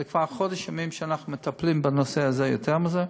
זה כבר חודש ימים שאנחנו מטפלים בנושא הזה ויותר מזה.